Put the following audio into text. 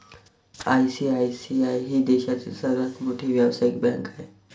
ICICI ही देशातील सर्वात मोठी व्यावसायिक बँक आहे